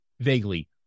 vaguely